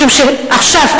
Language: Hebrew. משום שעכשיו,